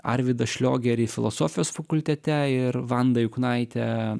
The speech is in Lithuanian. arvydą šliogerį filosofijos fakultete ir vandą juknaitę